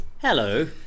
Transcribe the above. hello